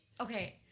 Okay